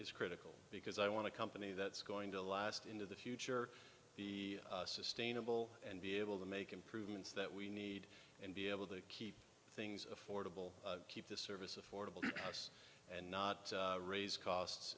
it's critical because i want a company that's going to last into the future be sustainable and be able to make improvements that we need and be able to keep things affordable keep the service affordable price and not raise costs